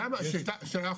יש לי שאלה,